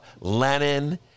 Lenin